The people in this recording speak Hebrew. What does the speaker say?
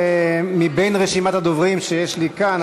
מבין רשימת הדוברים שיש לי כאן,